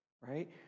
right